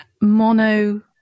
mono